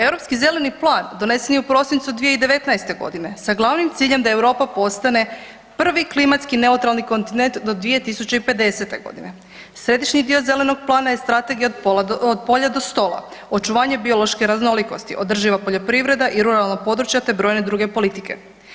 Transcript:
Europski zeleni plan donesen je u prosincu 2019.g. sa glavnim ciljem da Europa postane prvi klimatski neutralni kontinent do 2050.g. Središnji dio zelenog plana je Strategija od polja do stola, očuvanje biološke raznolikosti, održiva poljoprivreda i ruralna područja te brojne druge politike.